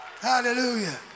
Hallelujah